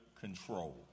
control